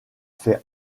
fait